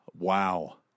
Wow